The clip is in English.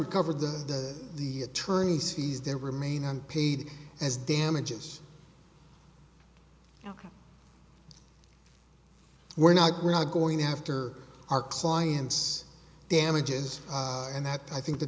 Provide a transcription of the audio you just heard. recover the the the attorney's fees that remain on paid as damages you know we're not we're not going after our clients damages and that i think the